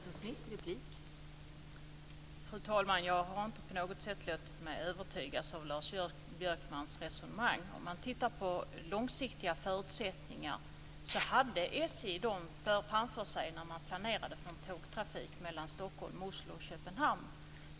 Fru talman! Jag har inte på något sätt låtit mig övertygas av Lars Björkmans resonemang. SJ hade långsiktiga förutsättningar framför sig när man planerade för tågtrafik mellan Stockholm, Oslo och Köpenhamn.